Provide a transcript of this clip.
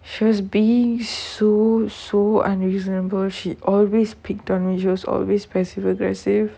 she's being so so unreasonable she always picked on me she's always passive aggressive